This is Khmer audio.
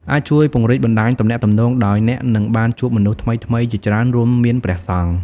អាចជួយពង្រីកបណ្ដាញទំនាក់ទំនងដោយ អ្នកនឹងបានជួបមនុស្សថ្មីៗជាច្រើន រួមមានព្រះសង្ឃ ។